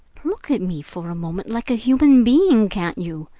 look at me for a moment like a human being, can't you?